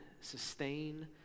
sustain